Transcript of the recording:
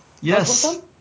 Yes